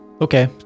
okay